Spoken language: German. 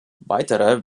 weitere